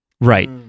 Right